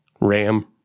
Ram